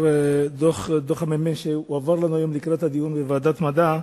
של הממ"מ שהועבר לנו היום לקראת הדיון בוועדת המדע,